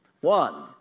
One